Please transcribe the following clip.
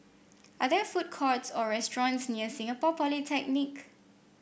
are there food courts or restaurants near Singapore Polytechnic